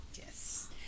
yes